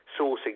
sourcing